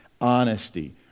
honesty